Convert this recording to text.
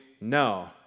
No